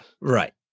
Right